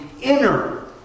inner